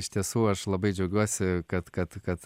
iš tiesų aš labai džiaugiuosi kad kad kad